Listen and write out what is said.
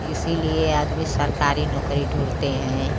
इसलिए आदमी सरकारी नौकरी ढूँढ़ते हैं